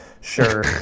sure